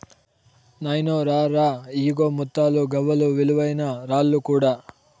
నాయినో రా రా, ఇయ్యిగో ముత్తాలు, గవ్వలు, విలువైన రాళ్ళు కూడా